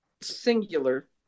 singular